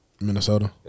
Minnesota